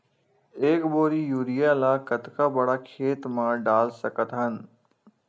एक बोरी यूरिया ल कतका बड़ा खेत म डाल सकत हन?